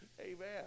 Amen